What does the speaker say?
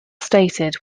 stated